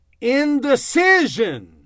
indecision